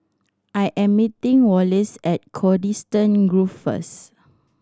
I am meeting Wallace at Coniston Grove first